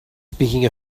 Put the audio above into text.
speaking